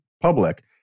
public